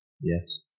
Yes